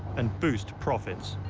and boost profits.